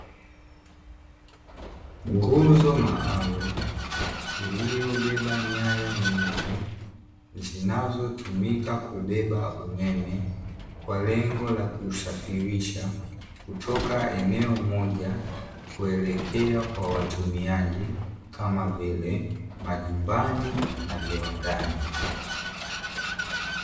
Nguzo maalumu iliyobeba nyaya nyingi zinazotumika kubeba umeme kwa lengo la kuusafirisha kutoka eneo moja kuelekea kwa watumiaji kama vile, majumbani na viwandani.